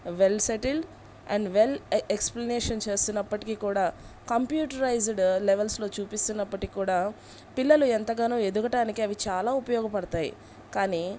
well settled and well explanation చేస్తున్నప్పటికీ కూడా computerised లెవెల్స్లో చూపిస్తున్నప్పటికీ కూడా పిల్లలు ఎంతగానో ఎదగడానికి అవి చాలా ఉపయోగపడతాయి కానీ